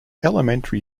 elementary